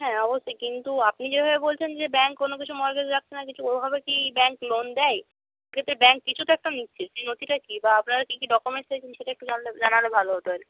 হ্যাঁ অবশ্যই কিন্তু আপনি যেভাবে বলছেন যে ব্যাঙ্ক কোনো কিছু মর্টগেজ রাখছে না কিছু ওভাবে কি ব্যাঙ্ক লোন দেয় ব্যাঙ্ক কিছু তো একটা নিচ্ছে সেই নথিটা কী বা আপনারা কী কী ডকুমেন্টস চাইছেন সেটা একটু জানলে জানালে ভালো হতো আর কি